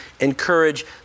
encourage